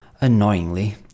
Annoyingly